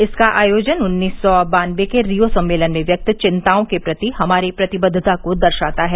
इसका आयोजन उन्नीस सौ बान्नवे के रिओ सम्मेलन में व्यक्त चिन्ताओं के प्रति हमारी प्रतिबद्वता को दर्शाता है